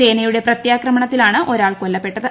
സേനയുടെ പ്രത്യാക്രമണത്തി ലാണ് ഒരാൾ കൊല്ലപ്പെട്ടത്